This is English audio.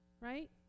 Right